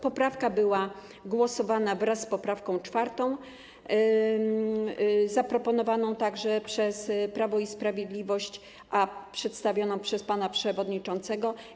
Poprawka została przegłosowana wraz z poprawką 4. zaproponowaną także przez Prawo i Sprawiedliwość, a przedstawioną przez pana przewodniczącego.